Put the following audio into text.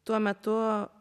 tuo metu